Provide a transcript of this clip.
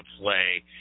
play